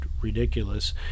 ridiculous